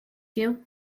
you